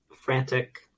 frantic